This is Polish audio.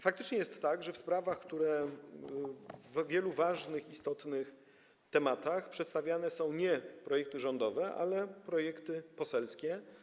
Faktycznie jest tak, że w wielu ważnych, istotnych tematach przedstawiane są nie projekty rządowe, ale projekty poselskie.